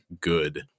good